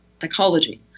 psychology